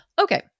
okay